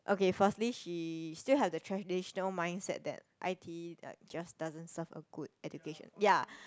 okay firstly she still have the traditional mindset that i_t_e like just doesn't serve a good education ya